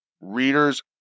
readers